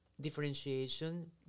differentiation